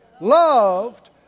loved